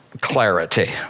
clarity